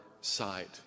side